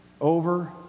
over